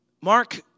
Mark